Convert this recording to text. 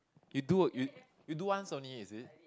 you do you you do once only is it